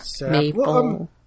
Maple